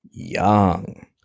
Young